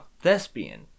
thespian